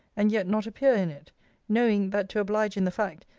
and yet not appear in it knowing, that to oblige in the fact,